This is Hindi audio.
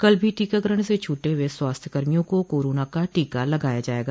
कल भी टीकाकरण से छूटे हुए स्वास्थ्य कर्मियों को कोरोना का टीका लगाया जायेगा